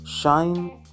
Shine